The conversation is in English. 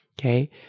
Okay